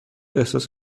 احساس